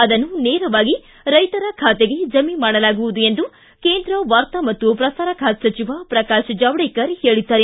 ಅದನ್ನು ನೇರವಾಗಿ ರೈತರ ಖಾತೆಗೆ ಜಮೆ ಮಾಡಲಾಗುವುದು ಎಂದು ಕೇಂದ್ರ ವಾರ್ತಾ ಮತ್ತು ಪ್ರಸಾರ ಖಾತೆ ಸಚಿವ ಪ್ರಕಾಶ್ ಜಾವಡೇಕರ್ ಹೇಳಿದ್ದಾರೆ